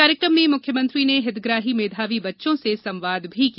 कार्यक्रम में मुख्यमंत्री ने हितग्राही मेधावी बच्चों से संवाद भी किया